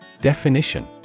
Definition